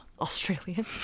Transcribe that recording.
Australian